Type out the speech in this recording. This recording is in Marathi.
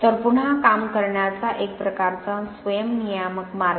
तर पुन्हा काम करण्याचा एक प्रकारचा स्वयं नियामक मार्ग